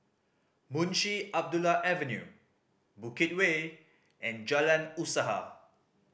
Munshi Abdullah Avenue Bukit Way and Jalan Usaha